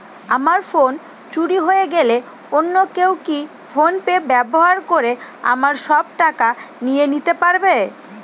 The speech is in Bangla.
আমার ফোন চুরি হয়ে গেলে অন্য কেউ কি ফোন পে ব্যবহার করে আমার সব টাকা নিয়ে নিতে পারবে?